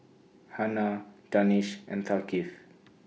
Hana Danish and Thaqif